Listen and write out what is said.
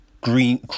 Green